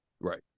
Right